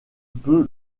peu